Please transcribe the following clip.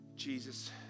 Jesus